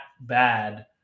bad